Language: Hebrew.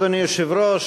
אדוני היושב-ראש,